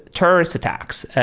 terrorists attacks,